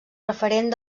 referent